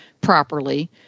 properly